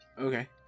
Okay